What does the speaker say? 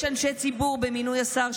יש אנשי ציבור במינוי השר,